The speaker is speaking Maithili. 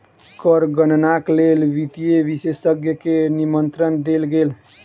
कर गणनाक लेल वित्तीय विशेषज्ञ के निमंत्रण देल गेल